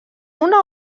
una